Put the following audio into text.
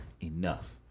enough